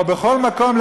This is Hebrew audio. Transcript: או בכל מקום,